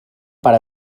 pare